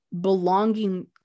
belonging